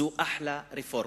זו אחלה רפורמה.